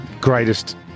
greatest